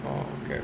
orh okay